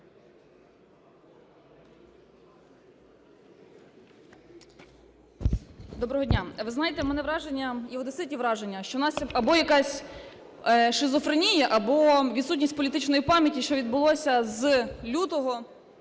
Доброго дня! Ви знаєте, у мене враження, і в одеситів враження, що у нас або якась шизофренія, або відсутність політичної пам'яті, що відбулося з лютого по